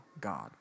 God